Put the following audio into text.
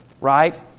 right